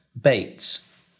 Bates